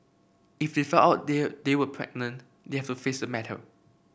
if they find out they they were pregnant they have to face the matter